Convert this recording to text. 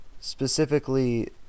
specifically